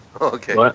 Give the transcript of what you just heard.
Okay